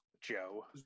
Joe